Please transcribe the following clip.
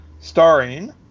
starring